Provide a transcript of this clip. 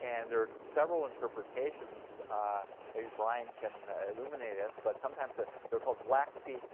and there's several interpretations maybe brian can illuminate us but sometimes ah they were called black feet